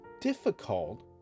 difficult